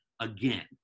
again